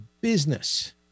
business